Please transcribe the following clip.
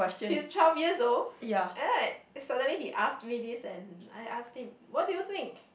he is twelve years old right he already ask me this and I ask him what do you think